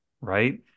right